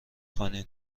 کنین